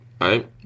right